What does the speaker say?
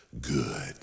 good